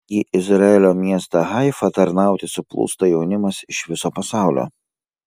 į izraelio miestą haifą tarnauti suplūsta jaunimas iš viso pasaulio